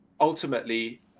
ultimately